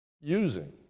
using